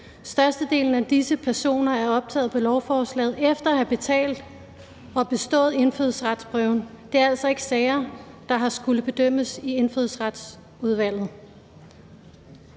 Størstedelen af disse personer er optaget på lovforslaget efter at have betalt og bestået indfødsretsprøven. Det er altså ikke sager, der har skullet bedømmes i Indfødsretsudvalget.